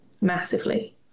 massively